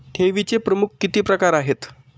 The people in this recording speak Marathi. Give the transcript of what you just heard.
ठेवीचे प्रमुख किती प्रकार आहेत?